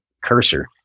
cursor